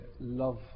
love